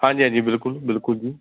ਹਾਂਜੀ ਹਾਂਜੀ ਬਿਲਕੁਲ ਬਿਲਕੁਲ ਜੀ